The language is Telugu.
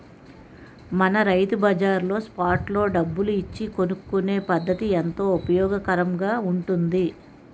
మన రైతు బజార్లో స్పాట్ లో డబ్బులు ఇచ్చి కొనుక్కునే పద్దతి ఎంతో ఉపయోగకరంగా ఉంటుంది